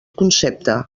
concepte